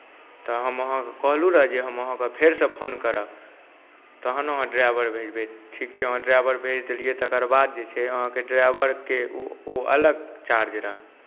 तऽ हम अहाँकेँ कहलहुँ रहए जे हम अहाँकेँ फेरसँ फोन करब तहन अहाँ ड्राइवर भेजबै ठीक छै अहाँ ड्राइवर भेज देलियै तकर बाद जे छै अहाँके ड्राइवरके ओ अलग चार्ज रहए